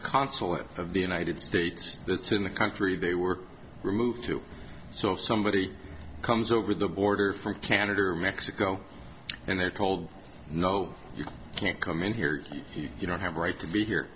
consulate of the united states that's in the country they were removed too so if somebody comes over the border from canada or mexico and they're told no you can't come in here you don't have a right to be here